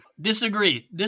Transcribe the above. Disagree